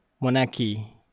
monarchy